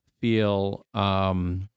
feel